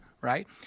right